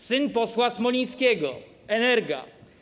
Syn posła Smolińskiego - Energa.